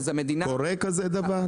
קורה כזה דבר?